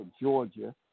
Georgia